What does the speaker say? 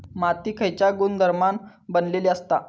माती खयच्या गुणधर्मान बनलेली असता?